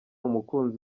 umukunzi